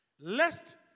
Lest